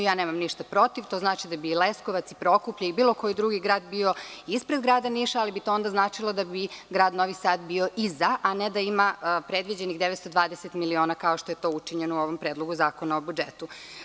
Nemam ništa protiv, to znači da bi Leskovac i Prokuplje i bilo koji drugi grad bio ispred Grada Niša, ali bi to onda značilo da bi Grad Novi Sad bio iza, a ne da ima predviđenih 920 miliona, kao što je to učinjeno u ovom predlogu Zakona o budžetu.